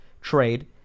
trade